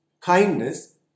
kindness